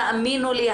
תאמינו לי,